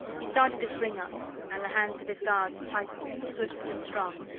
he started to spring up, and the hands of his guards tightened, swift and strong,